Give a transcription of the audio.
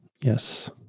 Yes